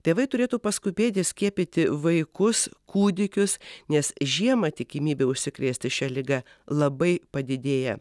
tėvai turėtų paskubėti skiepyti vaikus kūdikius nes žiemą tikimybė užsikrėsti šia liga labai padidėja